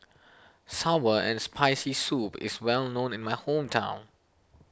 Sour and Spicy Soup is well known in my hometown